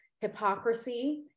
Hypocrisy